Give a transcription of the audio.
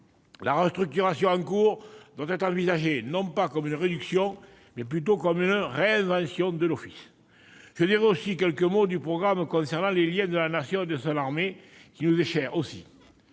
la restructuration en cours doit être envisagée non comme une réduction, mais plutôt comme une réinvention de l'Office. Je veux dire aussi quelques mots du programme « Liens entre la Nation et son armée », qui nous est cher